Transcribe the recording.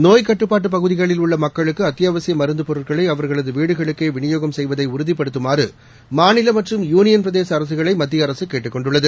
நோய்க்கட்டுப்பாட்டு பகுதிகளில் உள்ள மக்களுக்கு அத்தியாவசிய மருந்துப் பொருட்களை அவர்களது வீடுகளுக்கே விநியோகம் செய்வதை உறுதிப்படுத்துமாறு மாநில மற்றும் யூனியன்பிரதேச அரசுகளை மத்திய அரசு கேட்டுக் கொண்டுள்ளது